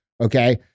okay